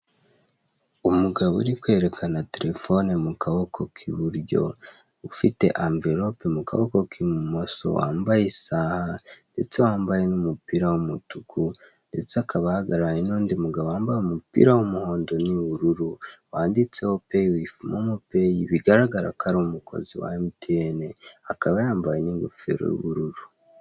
Umugabo uri kwerekana Telefone mukaboko k'iburyo, ufite anverope mukaboko k'ibumoso, wambaye isaha, ndetse wambaye n'umupira w'umutuku, ndetse akaba ahagararanye n'undi mugabo wambaye umupira w'umuhondo n'ubururu, wanditseho payi wifu momo peyi, bigaragara ko ari umukozi wa MTN, akaba yambaye n'ingofero y'ubururu.